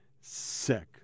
sick